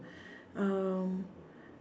um